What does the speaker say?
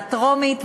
בקריאה טרומית,